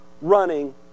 running